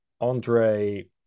Andre